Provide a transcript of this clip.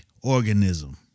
organism